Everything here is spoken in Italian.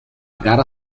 gara